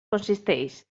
consisteix